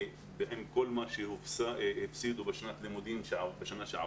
ויקבלו את כל מה שהפסידו בשנת הלימודים הקודמת.